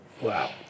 Wow